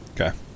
Okay